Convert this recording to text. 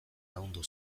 lagundu